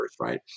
right